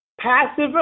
passive